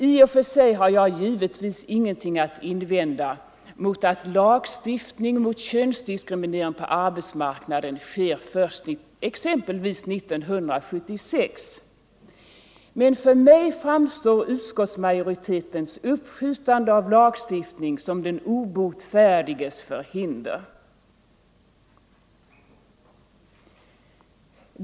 I och för sig har jag givetvis ingenting att invända mot att lagstiftning mot könsdiskriminering på arbetsmarknaden sker exempelvis 1976, men för mig framstår utskottsmajoritetens uppskjutande av lagstiftning som den obotfärdiges förhinder.